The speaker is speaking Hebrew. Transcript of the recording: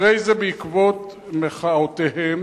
אחרי זה, בעקבות מחאותיהם,